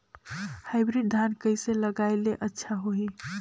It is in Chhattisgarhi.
हाईब्रिड धान कइसे लगाय ले अच्छा होही?